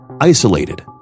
isolated